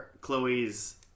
Chloe's